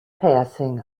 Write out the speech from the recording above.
passing